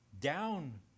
down